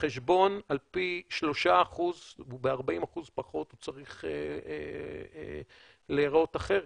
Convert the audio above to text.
חשבון על פי 3% הוא ב-40% פחות צריך להיראות אחרת.